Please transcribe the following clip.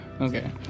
Okay